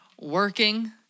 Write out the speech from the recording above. Working